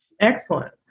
Excellent